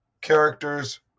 characters